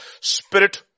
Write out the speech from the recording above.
spirit